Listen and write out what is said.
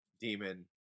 demon